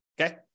Okay